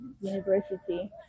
university